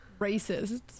Racists